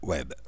Web